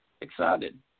excited